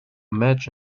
match